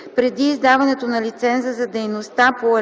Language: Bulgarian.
преди издаването на лиценза за дейността по ал. 2, т.